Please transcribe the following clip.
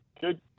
Good